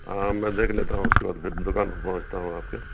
ہاں میں دیکھ لیتا ہوں اس کے بعد پھر دکان پہ پہنچتا ہوں آپ کے